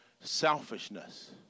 selfishness